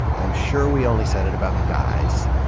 i'm sure we only said it about guys.